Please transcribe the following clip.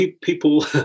people